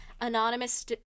anonymous